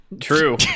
true